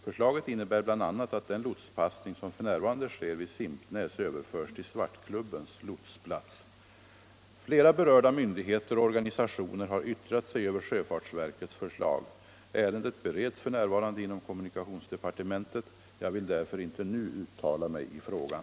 Förslaget innebär bl.a. att den lotspassning som f.n. sker vid Simpnäs överförs till Svartklubbens lotsplats. Flera berörda myndigheter och organisationer har yttrat sig över sjöfartsverkets förslag. Ärendet bereds f.n. inom kommunikationsdepartementet. Jag vill därför inte nu uttala mig i frågan.